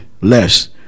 less